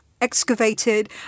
excavated